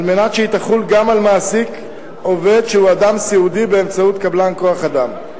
על מנת שהיא תחול גם על מעסיק עובד סיעודי באמצעות קבלן כוח-אדם.